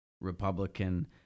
Republican